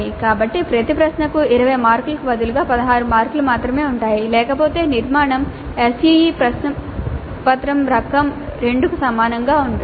కాబట్టి ప్రతి ప్రశ్నకు 20 మార్కులకు బదులుగా 16 మార్కులు మాత్రమే ఉంటాయి లేకపోతే నిర్మాణం SEE ప్రశ్నపత్రం రకం II కు సమానంగా ఉంటుంది